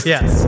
Yes